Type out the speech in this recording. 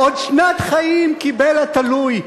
עוד שנת חיים קיבל התלוי,